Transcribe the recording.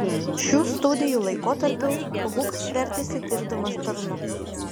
šių studijų laikotarpiu hukas vertėsi dirbdamas tarnu